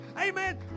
Amen